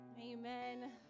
Amen